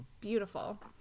beautiful